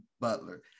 Butler